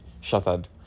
shattered